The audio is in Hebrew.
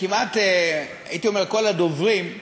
כמעט כל הדוברים,